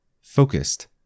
focused